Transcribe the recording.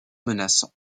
menaçant